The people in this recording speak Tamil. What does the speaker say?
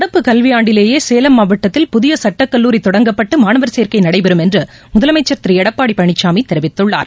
நடப்பு கல்விஆண்டிலேயேசேலம் மாவட்டத்தில் புதியசட்டக் கல்லூரி தொடங்கப்பட்டுமாணவர் சேர்க்கைநடைபெறும் என்றுமுதலமைச்சர் திருளடப்பாடிபழனிசாமிதெரிவித்துள்ளார்